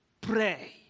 pray